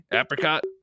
apricot